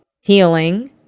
healing